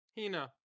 Hina